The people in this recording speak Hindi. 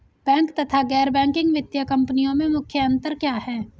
बैंक तथा गैर बैंकिंग वित्तीय कंपनियों में मुख्य अंतर क्या है?